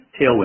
tailwind